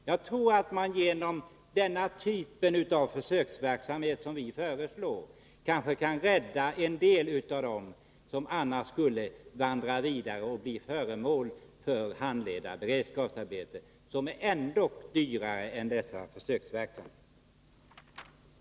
Jag tror att man inom den typ av försöksverksamhet som vi föreslår kanske kan rädda en del av dem som annars skulle vandra vidare och bli föremål för handledda beredskapsarbeten, som är ännu dyrare än denna försöksverksamhet.